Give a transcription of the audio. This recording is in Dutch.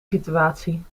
situatie